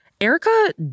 Erica